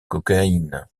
cocaïne